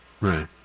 Right